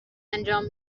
انجام